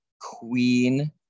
Queen